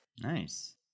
Nice